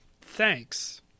thanks